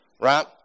right